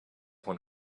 one